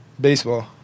Baseball